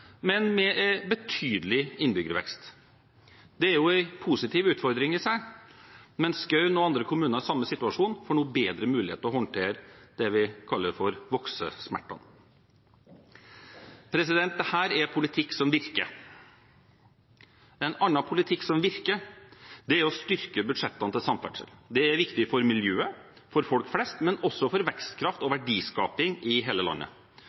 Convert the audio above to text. men også bynær kommune, økonomisk ganske veldrevet, men med betydelig innbyggervekst. Det er jo en positiv utfordring, men Skaun og andre kommuner i samme situasjon får nå bedre mulighet til å håndtere det vi kaller voksesmertene. Dette er politikk som virker. En annen politikk som virker, er å styrke budsjettene til samferdsel. Det er viktig for miljøet, for folk flest, men også for vekstkraft og verdiskaping i hele landet.